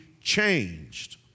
changed